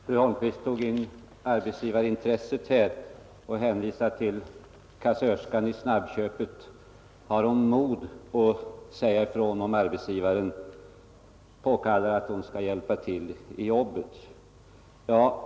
Herr talman! Fru Holmqvist drog in arbetsgivarintresset här och hänvisade till kassörskan i snabbköpet. Har hon mod att säga ifrån, om arbetsgivaren påkallar att hon skall hjälpa till i jobbet?